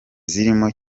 zirimo